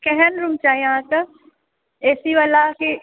केहन रुम चाही अहाँकेँ ए सी वाला की